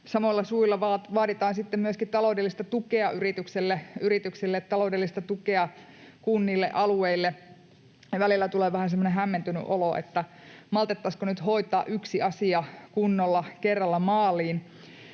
samoilla suilla vaaditaan myöskin taloudellista tukea yrityksille, taloudellista tukea kunnille ja alueille. Välillä tulee vähän semmoinen hämmentynyt olo, että maltettaisiinko nyt hoitaa yksi asia kunnolla, kerralla maaliin.